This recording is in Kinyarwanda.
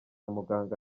muganga